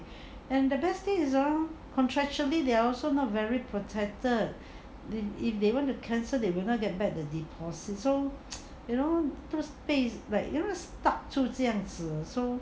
and the best thing is hor contractually they are also not very protected then if they want to cancel they will not get back the deposit so you know like 被 stuck 住这样子 so